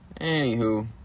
anywho